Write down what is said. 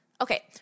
okay